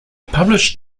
published